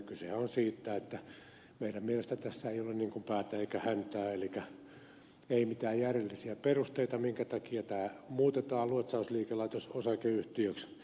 kysehän on siitä että meidän mielestämme tässä ei ole päätä eikä häntää elikkä ei mitään järjellisiä perusteita minkä takia tämä muutetaan luotsausliikelaitososakeyhtiöksi